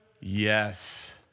Yes